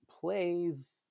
plays